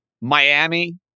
Miami